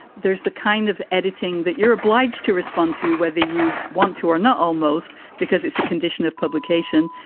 there's the kind of editing that you're obliged to respond to, whether you want to or not, almost because it's a condition of publication.